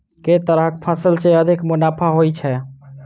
केँ तरहक फसल सऽ अधिक मुनाफा होइ छै?